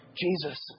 Jesus